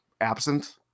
absent